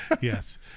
Yes